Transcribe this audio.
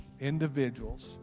individuals